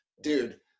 dude